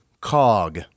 Cog